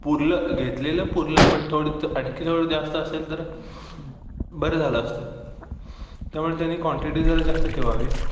पुरलं घेतलेलं पुरलं पण थोडंसं आणखी थोडं जास्त असेल तर बरं झालं असतं त्यामुळे त्यानी क्वांटिटी जरा जास्त ठेवावी